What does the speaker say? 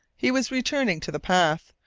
he was returning to the path,